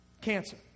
Cancer